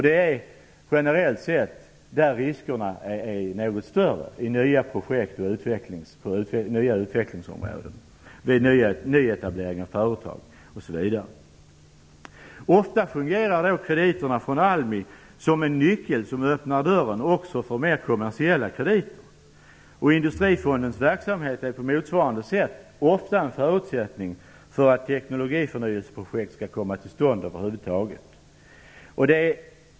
Det är generellt sett där riskerna är något större, vid nya projekt och utvecklingsområden, vid nyetablering av företag osv. Ofta fungerar krediterna från ALMI som en nyckel som öppnar dörren också för mer kommersiella krediter. Industrifondens verksamhet är på motsvarande sätt ofta en förutsättning för att ett teknologiförnyelseprojekt skall komma till stånd över huvud taget.